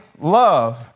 love